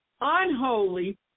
unholy